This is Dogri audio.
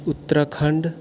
उत्तराखण्ड